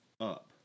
up